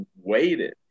waited